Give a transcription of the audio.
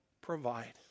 provide